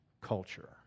culture